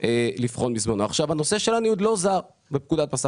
אני אעשה את זה או